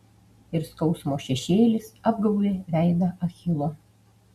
ir skausmo šešėlis apgaubė veidą achilo